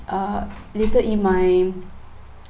uh later in my